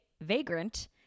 vagrant